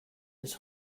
his